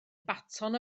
baton